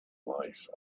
life